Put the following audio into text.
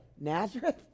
Nazareth